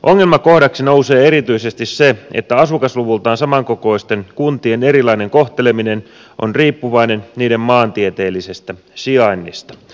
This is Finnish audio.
ongelmakohdaksi nousee erityisesti se että asukasluvultaan samankokoisten kuntien erilainen kohteleminen on riippuvainen niiden maantieteellisestä sijainnista